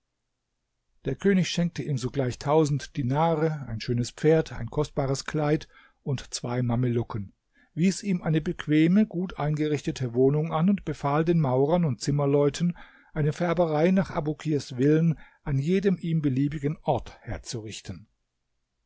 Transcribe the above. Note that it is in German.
der könig schenkte ihm sogleich tausend dinare ein schönes pferd ein kostbares kleid und zwei mamelucken wies ihm eine bequeme gut eingerichtete wohnung an und befahl den maurern und zimmerleuten eine färberei nach abukirs willen an jedem ihm beliebigen ort herzurichten